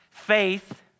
Faith